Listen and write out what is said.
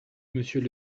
monsieur